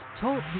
Talk